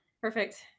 perfect